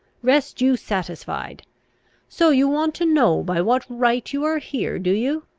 rest you satisfied so you want to know by what right you are here, do you?